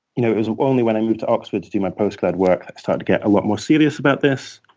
you know it was only when i moved to oxford to do my postgrad work that i started to get a lot more serious about this.